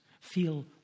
feel